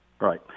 Right